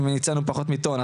הרי הוצאנו פחות מטון,